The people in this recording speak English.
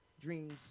Dreams